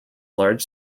large